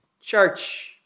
church